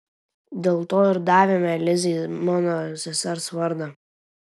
dėl to ir davėme lizei mano sesers vardą